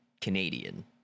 Canadian